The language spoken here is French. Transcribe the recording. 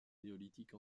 néolithique